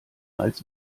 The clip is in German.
als